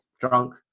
drunk